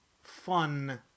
Fun